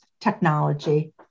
technology